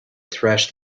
thresh